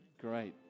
great